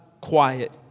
quiet